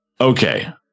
okay